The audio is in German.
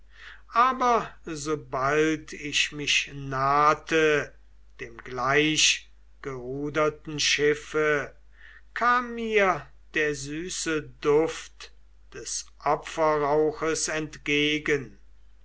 aber sobald ich mich nahte dem gleichgeruderten schiffe kam mir der süße duft des opferrauches entgegen